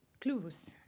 clues